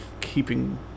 keeping